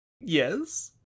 yes